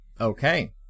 Okay